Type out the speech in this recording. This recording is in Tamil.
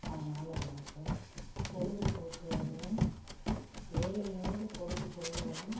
அதனால் எனக்கு பொழுது போக்குவதும் வேலையோடு பொழுது போகுவதும்